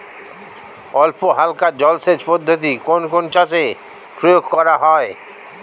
অল্পহালকা জলসেচ পদ্ধতি কোন কোন চাষে প্রয়োগ করা হয়?